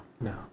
no